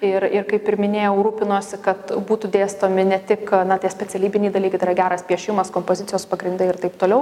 ir ir kaip ir minėjau rūpinosi kad būtų dėstomi ne tik na tie specialybiniai dalykai tai yra geras piešimas kompozicijos pagrindai ir taip toliau